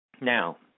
Now